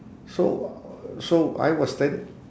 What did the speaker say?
so so I was stand